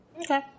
Okay